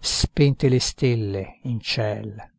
spente le stelle in ciel